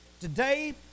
today